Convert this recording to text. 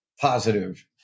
positive